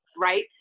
right